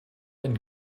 and